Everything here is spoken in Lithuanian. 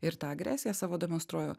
ir tą agresiją savo demonstruoju